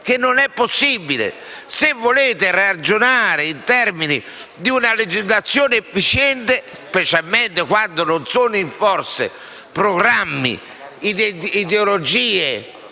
Gruppo. Se si vuole ragionare in termini di una legislazione efficiente, specialmente quando non sono in forse programmi, ideologie